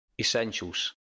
Essentials